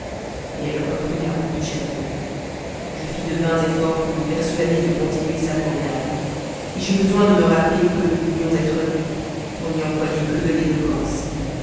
et elle reprit la route du château je fis de vains efforts pour lui persuader de continuer sa promenade j'eus besoin de me rappeller que nous pouvions être vus pour n'y employer que de l'éloquence